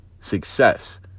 success